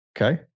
Okay